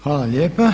Hvala lijepa.